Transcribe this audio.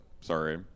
Sorry